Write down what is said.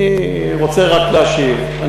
אני רוצה להשיב.